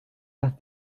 las